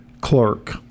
clerk